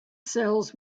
cells